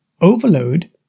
overload